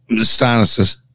sinuses